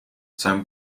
zijn